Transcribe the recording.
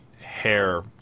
hair